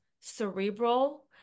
cerebral